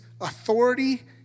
authority